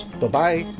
Bye-bye